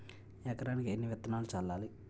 ఎకరానికి ఎన్ని విత్తనాలు చల్లాలి?